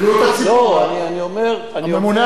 הממונה על בריאות הציבור.